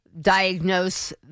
diagnose